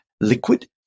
liquid